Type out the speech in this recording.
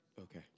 Okay